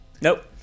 Nope